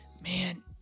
man